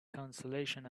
consolation